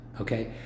Okay